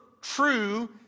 true